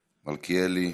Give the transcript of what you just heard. מלכיאלי.